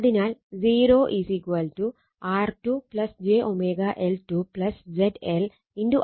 അതിനാൽ 0 R2 j L2 ZL i2 j M i1